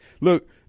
Look